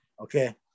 Okay